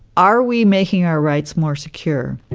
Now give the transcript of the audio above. are we making our rights more secure?